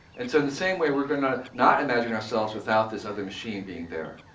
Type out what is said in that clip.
and so in the same way, we're going to not imagine ourselves without this other machine being there.